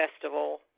festival